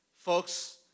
Folks